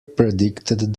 predicted